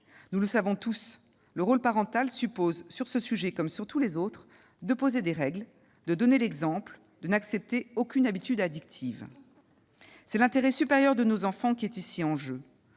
Nous le savons tous : le rôle parental suppose, sur ce sujet comme sur tous les autres, de poser des règles, de donner l'exemple, de n'accepter aucune habitude addictive. C'est l'intérêt supérieur de nos enfants qui est en